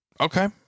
Okay